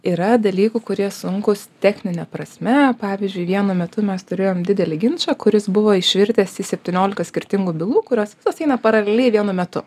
yra dalykų kurie sunkūs technine prasme pavyzdžiui vienu metu mes turėjom didelį ginčą kuris buvo išvirtęs į septynioliką skirtingų bylų kurios visos eina paraleliai vienu metu